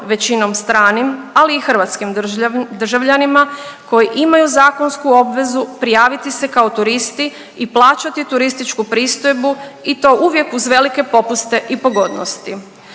većinom stranim, ali i hrvatskim državljanima koji imaju zakonsku obvezu prijaviti se kao turisti i plaćati turističku pristojbu i to uvijek uz velike popuste i pogodnosti,